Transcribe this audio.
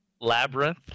Labyrinth